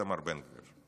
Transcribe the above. איתמר בן גביר,